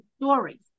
stories